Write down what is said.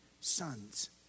sons